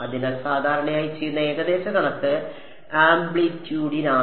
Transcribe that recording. അതിനാൽ സാധാരണയായി ചെയ്യുന്ന ഏകദേശ കണക്ക് ആംപ്ലിറ്റ്യൂഡിനാണ്